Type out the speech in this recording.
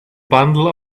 bundle